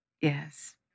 Yes